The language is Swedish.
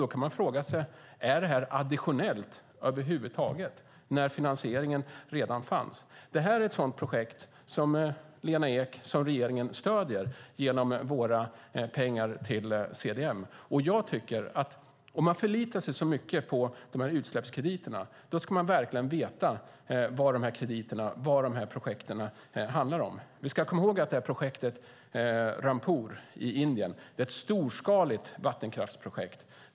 Då kan man fråga sig om det över huvud taget är additionellt när finansieringen redan fanns. Det här är ett sådant projekt som Lena Ek och regeringen stöder genom våra pengar till CDM. Jag tycker att om man förlitar sig så mycket på de här utsläppskrediterna ska man verkligen veta vad de här projekten handlar om. Det här projektet i Rampur i Indien är ett storskaligt vattenkraftsprojekt.